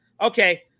okay